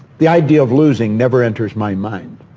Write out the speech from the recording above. the idea of losing never enters my mind.